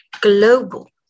global